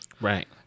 right